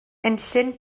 enllyn